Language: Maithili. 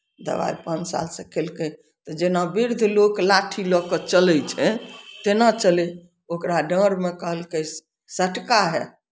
दबाइ पाँच सालसँ केलकै तऽ जेना वृद्ध लोक लाठी लऽ कऽ चलै छै तेना चलै ओकरा डाँरमे कहलकै साटका हइ